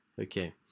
Okay